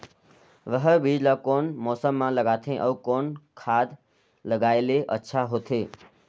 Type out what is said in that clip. रहर बीजा ला कौन मौसम मे लगाथे अउ कौन खाद लगायेले अच्छा होथे?